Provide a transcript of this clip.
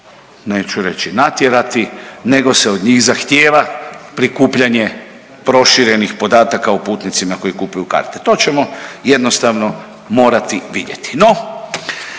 neću reći natjerati, nego se od njih zahtijeva prikupljanje proširenih podataka o putnicima koji kupuju karte. To ćemo jednostavno morati vidjeti.